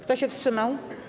Kto się wstrzymał?